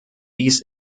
dies